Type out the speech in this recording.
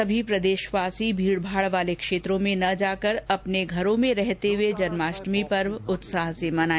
उन्होंने कहा कि सभी प्रदेशवासी भीड़भाड़ वाले क्षेत्रों में ना जाकर अपने घरों में रहते हुए जन्माष्टमी पर्व उत्साह से मनाए